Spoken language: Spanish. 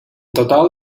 total